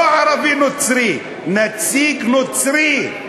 לא "ערבי נוצרי", "נציג נוצרי".